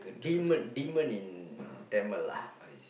demon demon in Tamil lah